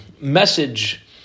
message